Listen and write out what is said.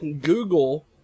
Google